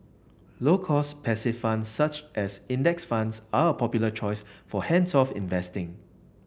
low cost passive funds such as index funds are a popular choice for hands off investing